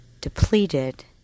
depleted